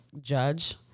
judge